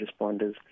responders